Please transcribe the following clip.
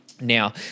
Now